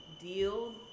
Deal